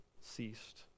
ceased